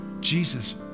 Jesus